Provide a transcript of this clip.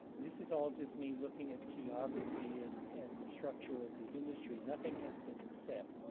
this is all just me looking at geography and and the structure of the industry. nothing has been said.